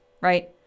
Right